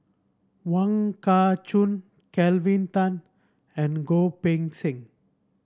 Wong Kah Chun Kelvin Tan and Goh Poh Seng